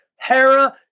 Hera